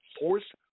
force